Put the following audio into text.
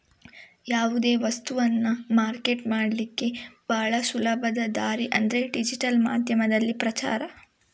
ಯಾವುದೇ ವಸ್ತವನ್ನ ಮಾರ್ಕೆಟ್ ಮಾಡ್ಲಿಕ್ಕೆ ಭಾಳ ಸುಲಭದ ದಾರಿ ಅಂದ್ರೆ ಡಿಜಿಟಲ್ ಮಾಧ್ಯಮದಲ್ಲಿ ಪ್ರಚಾರ